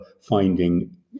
finding